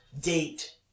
date